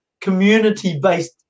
community-based